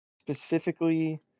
Specifically